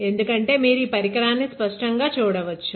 ఎందుకంటే మీరు పరికరాన్ని స్పష్టంగా చూడవచ్చు